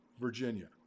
Virginia